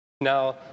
Now